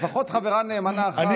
לפחות חברה נאמנה אחת תהיה לך שם.